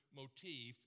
motif